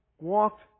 walked